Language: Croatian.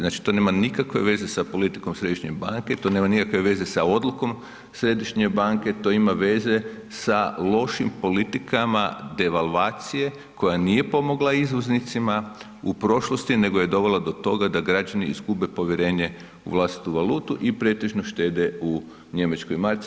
Znači to nema nikakve veze sa politikom središnje banke, to nema nikakve veze sa odlukom središnje banke, to ima veza sa lošim politikama devalvacije koja nije pomogla izvoznicima u prošlosti, nego je dovela do toga da građani izgube povjerenje u vlastitu valutu i pretežno štede u njemačkoj marci.